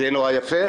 זה יהיה נורא יפה.